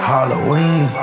Halloween